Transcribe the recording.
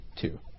two